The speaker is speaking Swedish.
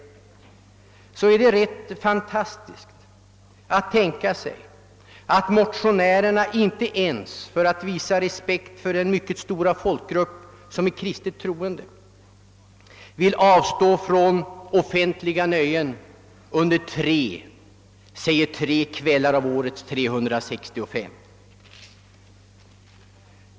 Det är därför rätt fantastiskt att tänka sig att motionärerna inte ens för att visa respekt för den mycket stora folkgrupp som är kristligt troende vill avstå från offentliga nöjen under tre av årets 365 kvällar.